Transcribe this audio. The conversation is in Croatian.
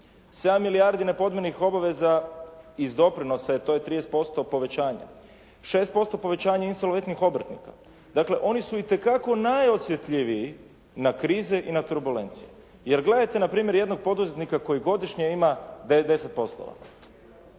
7 milijardi nepodmirenih obaveza iz doprinosa, to je 30% povećanja, 6% povećanja insolventnih obrtnika. Dakle, oni su itekako najosjetljiviji na krize i na turbulencije. Jer gledajte na primjer jednog poduzetnika koji godišnje ima 9, 10 poslova